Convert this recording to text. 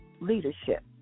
leadership